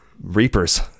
reapers